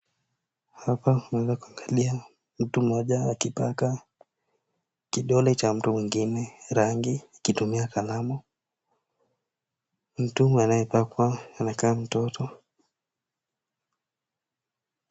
Hapa tunaweza kuangalia mtu mmoja akipaka kidole cha mtu mwingine rangi akitumia kalamu. Mtu anayepakwa anakaa mtoto.